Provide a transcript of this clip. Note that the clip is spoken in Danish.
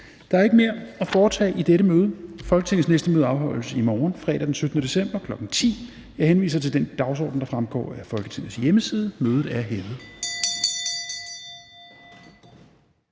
Der er ikke mere at foretage i dette møde. Folketingets næste møde afholdes i morgen, fredag den 17. december 2021, kl. 10.00. Jeg henviser til den dagsorden, der fremgår af Folketingets hjemmeside. Mødet er hævet.